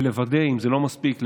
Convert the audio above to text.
ואם זה לא מספיק,